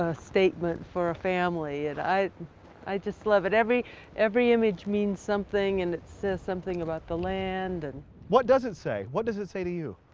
ah statement for a family and i i just love it, every every image means something and it says something about the land. and what does it say? what does it say to you?